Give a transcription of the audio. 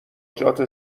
جات